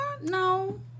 No